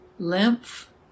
lymph